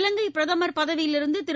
இலங்கை பிரதமர் பதவியிலிருந்து திரு